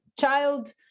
child